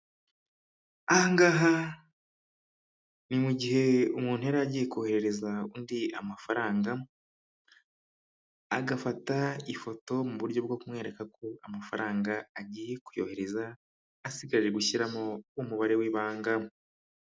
Aha ngaha ni mu gihe umuntu yari agiye koherereza undi amafaranga, agafata ifoto mu buryo bwo kumwereka ko amafaranga agiye kuyohereza, asigaje gushyiramo umubare w'ibanga.